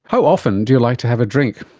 how often do you like to have a drink?